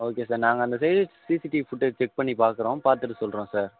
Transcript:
okay sir நாங்கள் அந்த side CCTV footage check பண்ணி பார்க்குறோம் பார்த்துட்டு சொல்கிறோம் சார்